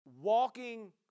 walking